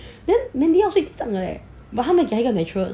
then mandy 要睡上来 but then 他们讲是很 natural the